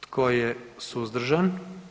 Tko je suzdržan?